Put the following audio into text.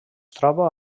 troba